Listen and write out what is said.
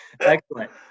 Excellent